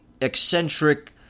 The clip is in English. eccentric